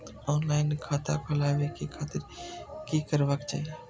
Online खाता खोलाबे के खातिर कि करबाक चाही?